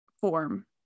form